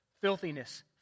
filthiness